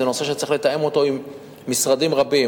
זה נושא שצריך לתאם עם משרדים רבים,